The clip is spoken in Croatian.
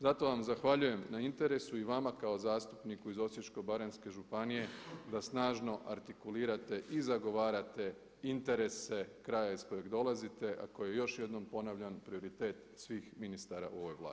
Zato vam zahvaljujem na interesu i vama kao zastupniku iz Osječko-baranjske županije da snažno artikulirate i zagovarate interese kraja iz kojeg dolazite a koji je još jednom ponavljam prioritet svih ministara u ovoj Vladi.